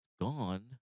gone